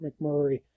McMurray